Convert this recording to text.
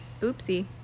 Oopsie